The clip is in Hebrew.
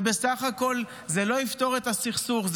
זה בסך הכול לא יפתור את הסכסוך.